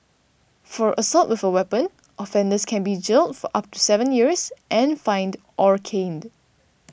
for assault with a weapon offenders can be jailed for up to seven years and fined or caned